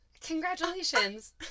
Congratulations